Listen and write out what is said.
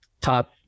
top